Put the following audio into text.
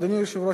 אדוני היושב-ראש,